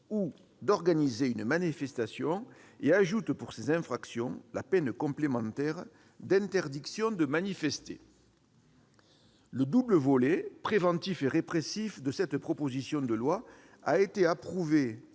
ou d'organiser une manifestation et ajoute pour ces infractions la peine complémentaire d'interdiction de manifester. Le double volet, préventif et répressif, de cette proposition de loi a été approuvé